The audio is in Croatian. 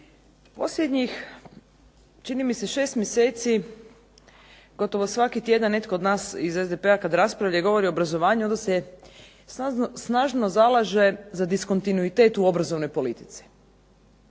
Posljednjih čini mi se 6 mjeseci gotovo svaki tjedan netko od nas SDP kada raspravlja i govori o obrazovanju onda se snažno zalaže za diskontinuitet u obrazovnoj politici.